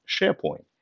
SharePoint